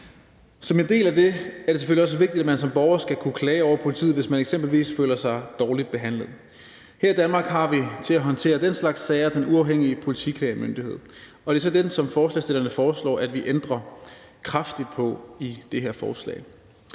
Som en del af det er det selvfølgelig også vigtigt, at man som borger skal kunne klage over politiet, hvis man eksempelvis føler sig dårligt behandlet. Her i Danmark har vi til at håndtere den slags sager Den Uafhængige Politiklagemyndighed, og det er så den, som forslagsstillerne i det her forslag foreslår, at vi ændrer kraftigt på. Til det kan jeg